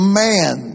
man